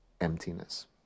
emptiness